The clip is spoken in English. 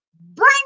Bring